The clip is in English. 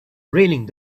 raining